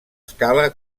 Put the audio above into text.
scala